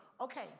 Okay